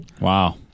Wow